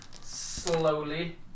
slowly